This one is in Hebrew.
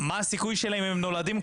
מה הסיכוי שלהם אם לזה הם נולדים?